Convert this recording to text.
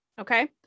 okay